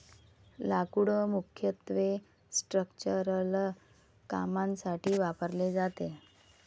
लाकूड मुख्यत्वे स्ट्रक्चरल कामांसाठी वापरले जाते